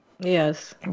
Yes